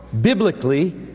biblically